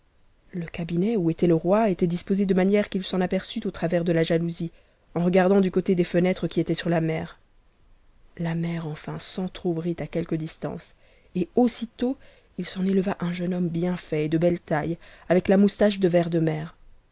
le cabinet m était le roi était disposé de manière qu'il s'en aperçut au travers de la ousie en regardant du côté des fenêtres qui étaient sur la mer utt r ensn s'entr'ouvrit à quelque distance et aussitôt il s'en éteva me homme bien fait et de belle taille avec a moustache de vert de une